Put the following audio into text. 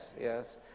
yes